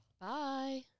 Bye